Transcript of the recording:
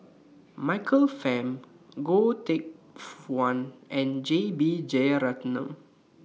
Michael Fam Goh Teck Phuan and J B Jeyaretnam